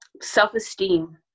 self-esteem